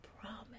promise